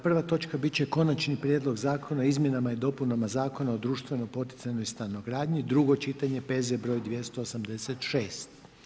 Prva točka biti će Konačni prijedlog Zakona o izmjenama i dopunama Zakona o društveno poticanoj stanogradnji, drugo čitanje, P.Z. br. 286.